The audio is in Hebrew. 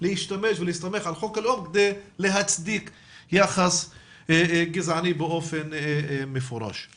להשתמש ולהסתמך על חוק הלאום כדי להצדיק יחס גזעני באופן מפורש.